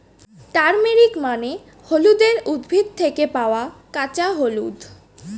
turmeric মানে হলুদের উদ্ভিদ থেকে পাওয়া কাঁচা হলুদ